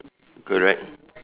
correct